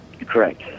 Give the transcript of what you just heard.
Correct